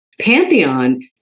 Pantheon